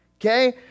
okay